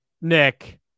Nick